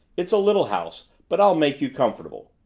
it's a little house but i'll make you comfortable.